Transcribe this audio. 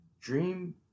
Dream